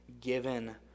given